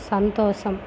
సంతోషం